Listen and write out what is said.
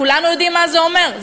כולנו יודעים מה זה אומר,